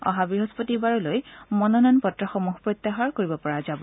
অহা বৃহস্পতি বাৰলৈ মনোনয়ন পত্ৰসমূহ প্ৰত্যাহাৰ কৰিব পৰা হব